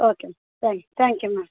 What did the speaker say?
okay ma'am thank you ma'am